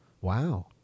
Wow